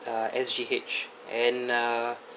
uh S_G_H and uh